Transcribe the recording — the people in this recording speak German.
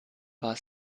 war